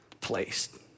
place